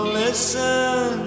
listen